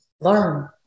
learn